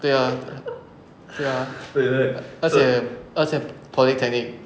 对 ah 对 ah 而且而且 polytechnic